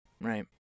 Right